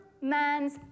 man's